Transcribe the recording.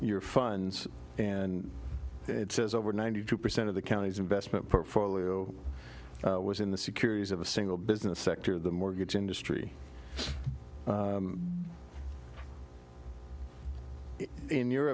your funds and it says over ninety two percent of the county's investment portfolio was in the securities of a single business sector the mortgage industry in your